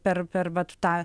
per per vat tą